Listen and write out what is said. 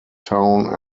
town